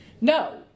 No